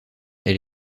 elle